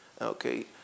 Okay